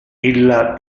illa